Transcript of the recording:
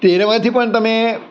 તો એનામાંથી પણ તમે